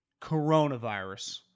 coronavirus